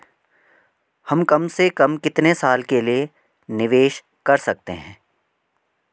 हम कम से कम कितने साल के लिए निवेश कर सकते हैं?